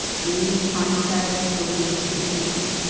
green pine-clad spurs of the peaks,